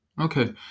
Okay